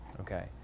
Okay